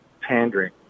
pandering